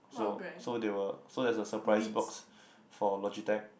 so so they will so there's a surprise box for Logitech